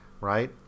right